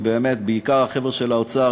בעיקר החבר'ה של האוצר,